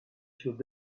should